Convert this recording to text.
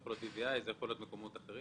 זה יכול להיות BVI, זה יכול להיות מקומות אחרים.